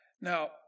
Now